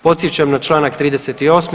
Podsjećam na Članak 38.